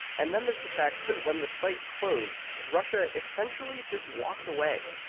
and then there's the fact that when the site closed, russia essentially just walked away,